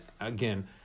again